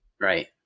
Right